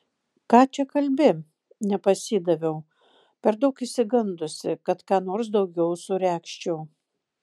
ką čia kalbi nepasidaviau per daug išsigandusi kad ką nors daugiau suregzčiau